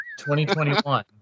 2021